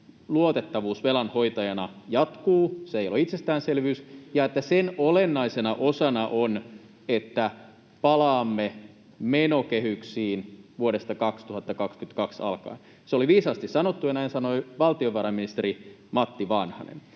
luotettavuus velan hoitajana jatkuu — se ei ole itsestäänselvyys — ja että sen olennaisena osana on, että palaamme menokehyksiin vuodesta 2022 alkaen. Se oli viisaasti sanottu, ja näin sanoi valtiovarainministeri Matti Vanhanen.